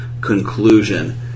conclusion